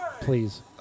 Please